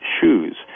shoes